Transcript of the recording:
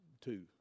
two